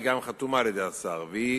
היא גם חתומה על-ידי השר והיא